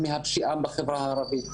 משפחות פשע והפשיעה בחברה הערבית